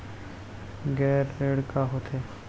गैर ऋण का होथे?